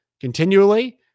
continually